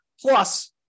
Plus